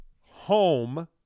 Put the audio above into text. home